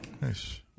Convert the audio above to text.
Nice